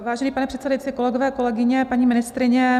Vážený pane předsedající, kolegové, kolegyně, paní ministryně.